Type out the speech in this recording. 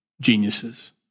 geniuses